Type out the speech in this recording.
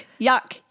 yuck